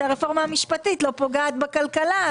כך הרפורמה המשפטית לא פוגעת בכלכלה.